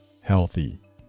healthy